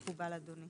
מקובל, אדוני.